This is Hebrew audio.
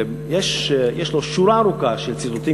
ויש לו שורה ארוכה של ציטוטים,